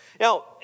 Now